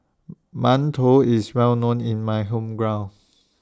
mantou IS Well known in My Hometown